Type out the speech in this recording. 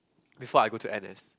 before I go to N_S